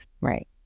Right